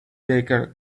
baker